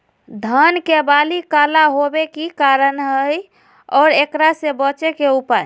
धान के बाली काला होवे के की कारण है और एकरा से बचे के उपाय?